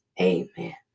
amen